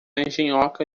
engenhoca